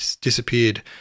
disappeared